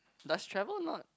does travel not